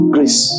Grace